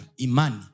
Imani